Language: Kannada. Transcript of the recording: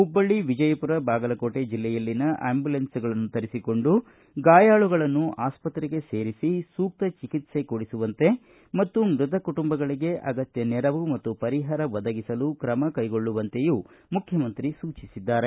ಹುಬ್ಬಳ್ಳಿ ವಿಜಾಪುರ ಬಾಗಲಕೋಟೆ ಜಿಲ್ಲೆಯಲ್ಲಿನ ಆ್ಯಂಬೂಲೆನ್ಸ್ಗಳನ್ನು ತರಿಸಿಕೊಂಡು ಗಾಯಾಳುಗಳನ್ನು ಆಸ್ಪತ್ರೆಗೆ ಸೇರಿಸಿ ಸೂಕ್ತ ಚಿಕಿತ್ಸೆ ಕೊಡಿಸುವಂತೆ ಮತ್ತು ಮೃತ ಕುಟುಂಬಗಳಿಗೆ ಅಗತ್ಯ ನೆರವು ಮತ್ತು ಪರಿಹಾರ ಒದಗಿಸಲು ಕ್ರಮಕೈಗೊಳ್ಳುವಂತೆಯೂ ಮುಖ್ಯಮಂತ್ರಿ ಸೂಚಿಸಿದ್ದಾರೆ